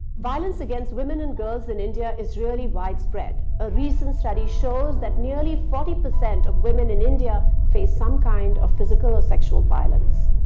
violence against women and girls in india is really widespread. a recent study shows that nearly forty percent of women in india face some kind of physical or sexual violence.